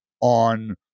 on